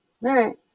right